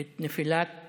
את נפילת